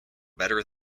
better